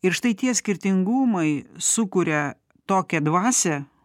ir štai tie skirtingumai sukuria tokią dvasią